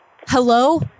Hello